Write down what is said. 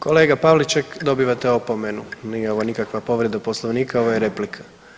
Kolega Pavliček dobivate opomenu, nije ovo nikakva povreda Poslovnika ovo je replika.